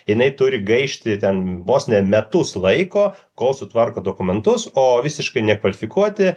jinai turi gaišti ten vos ne metus laiko kol sutvarko dokumentus o visiškai nekvalifikuoti